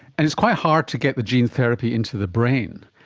and it's quite hard to get the gene therapy into the brain.